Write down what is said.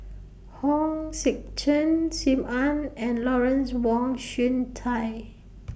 Hong Sek Chern SIM Ann and Lawrence Wong Shyun Tsai